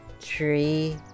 tree